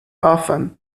often